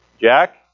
Jack